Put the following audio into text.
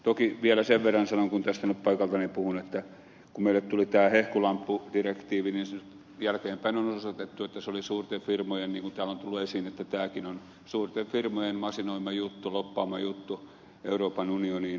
toki vielä sen verran sanon kun tästä nyt paikaltani puhun että kun meille tuli tämä hehkulamppudirektiivi niin jälkeenpäin on osoitettu että se oli suurten firmojen niin kuin täällä on tullut esiin masinoima juttu lobbaama juttu euroopan unioniin